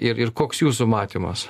ir ir koks jūsų matymas